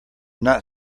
not